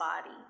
body